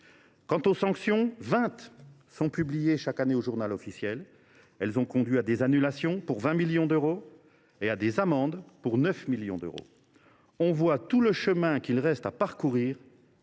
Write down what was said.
Quant aux sanctions, vingt sont publiées chaque année au ; elles ont conduit à des annulations, pour 20 millions d’euros, et à des amendes, pour 9 millions d’euros. On mesure tout le chemin qu’il reste à parcourir